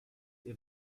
ihr